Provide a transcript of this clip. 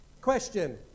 Question